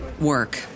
work